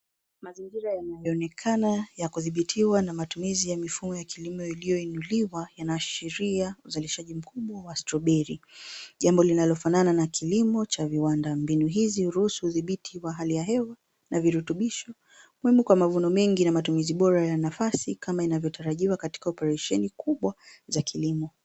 Mazingira yanayoonekana ya kudhibitiwa na matumizi ya mifumo ya kilimo iliyo inuliwa yanaashiria uzalishaji mkubwa wa strawberry jambo linalo fanana na kilimo cha viwandani. Mbinu hizi huruhusu udhibiti wa hali ya hewa na virutubisho umuhimu kwa mavuno mengi na utumizi bora wa nafasi kama inavyo tarajiwa katika oparesheni kubwa za kilimo.